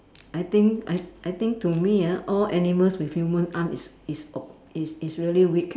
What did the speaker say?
I think I I think to me ah all animals with human arm is is o~ is is really weak